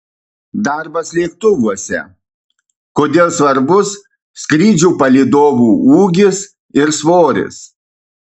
darbas lėktuvuose kodėl svarbus skrydžių palydovų ūgis ir svoris